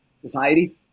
Society